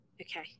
Okay